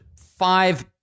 five